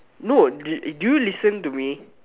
no did do you listen to me